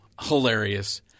Hilarious